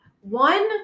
one